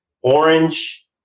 Orange